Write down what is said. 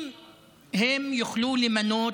אם הם יוכלו למנות